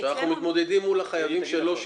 כשאנחנו מתמודדים מול החייבים שלא שילמו,